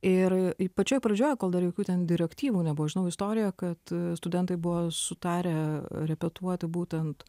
ir pačioj pradžioj kol dar jokių ten direktyvų nebuvo žinau istoriją kad studentai buvo sutarę repetuoti būtent